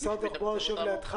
משרד התחבורה יושב לידך.